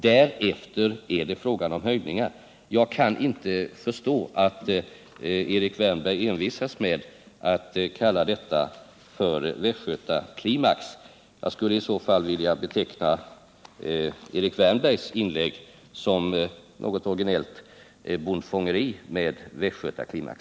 Därefter är det fråga om höjningar. Jag kan inte förstå att Erik Wärnberg envisas med att kalla detta för västgötaklimax. Jag skulle då vilja beteckna Erik Wärnbergs inlägg som, något originellt, bondfångeri med västgötaklimax.